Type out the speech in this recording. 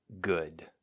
good